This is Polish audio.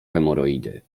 hemoroidy